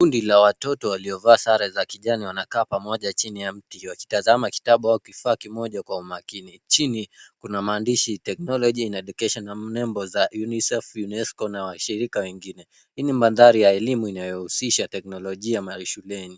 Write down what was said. Kundi la watoto waliovaa sare za kijani wanakaa pamoja chini ya mti wakitazama kitabu au kifaa kimoja kwa umakini. Chini kuna maandishi Technology in Education , nembo za Unicef, Unesco na washirika wengine. Hii ni mandhari ya elimu inayohusisha teknoljia mashuleni.